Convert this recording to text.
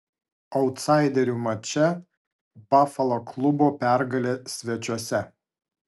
autsaiderių mače bafalo klubo pergalė svečiuose